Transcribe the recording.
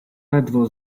ledwo